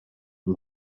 dem